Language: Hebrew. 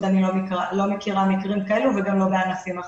אני לא מכירה מקרים כאלה וגם לא בענפים אחרים.